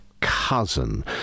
cousin